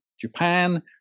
Japan